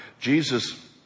Jesus